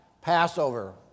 Passover